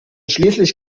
schließlich